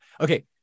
okay